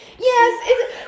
Yes